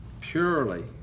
purely